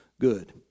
good